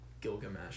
Gilgamesh